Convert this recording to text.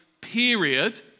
period